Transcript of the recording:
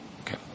Okay